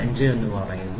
005 എന്ന് പറയുന്നു